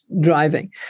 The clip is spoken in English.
driving